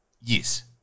Yes